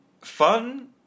Fun